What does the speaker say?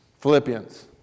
Philippians